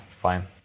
fine